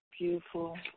beautiful